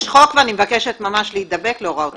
יש חוק ואני מבקשת ממש להידבק להוראות החוק.